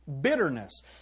Bitterness